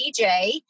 DJ